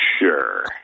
Sure